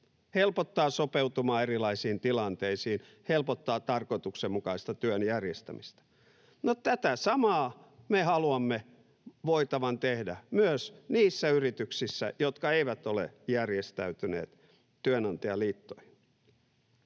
helpottavat sopeutumaan erilaisiin tilanteisiin, helpottavat tarkoituksenmukaista työn järjestämistä. No, tätä samaa me haluamme voitavan tehdä myös niissä yrityksissä, jotka eivät ole järjestäytyneet työnantajaliittoihin.